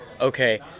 okay